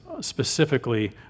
specifically